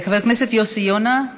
חבר הכנסת יוסי יונה.